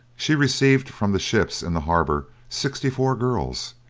she received from the ships in the harbour sixty-four girls,